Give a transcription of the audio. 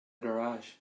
garage